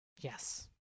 Yes